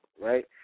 right